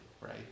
right